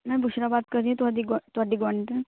ਮੈਂ ਬੁਸ਼ਰਾ ਬਾਤ ਕਰ ਰਹੀ ਆ ਤੁਹਾਡੀ ਗੁ ਤੁਹਾਡੀ ਗੁਆਂਢਣ